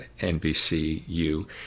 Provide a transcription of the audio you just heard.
NBCU